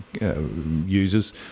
users